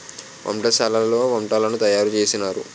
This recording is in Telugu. వంటశాలలో వంటలను తయారు చేసినారు